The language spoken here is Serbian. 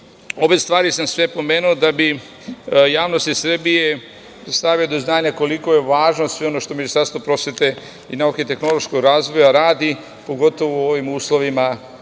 ove stvari sam pomenuo da bih javnosti Srbije stavio do znanja koliko je važno sve ono što Ministarstvo prosvete, nauke i tehnološkog razvoja radi, pogotovo u ovim uslovima